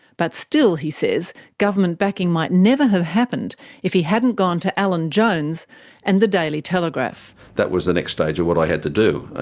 but still, he says, government backing might never have happened if he hadn't gone to alan jones and the daily telegraph. that was the next stage of what i had to do.